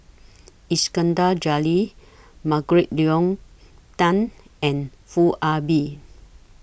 Iskandar Jalil Margaret Leng Tan and Foo Ah Bee